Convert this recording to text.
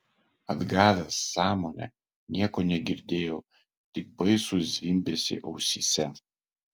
atgavęs sąmonę nieko negirdėjau tik baisų zvimbesį ausyse